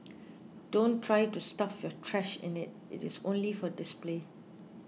don't try to stuff your trash in it it is only for display